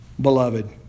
beloved